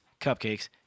cupcakes